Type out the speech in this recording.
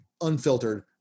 unfiltered